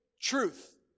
truth